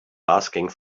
asking